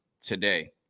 today